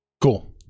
Cool